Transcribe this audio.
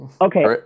Okay